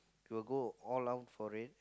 you will go all out for it